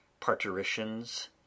parturitions